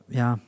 ja